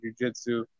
jujitsu